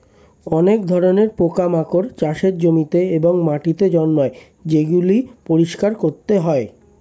অনেক ধরণের পোকামাকড় চাষের জমিতে এবং মাটিতে জন্মায় যেগুলি পরিষ্কার করতে হয়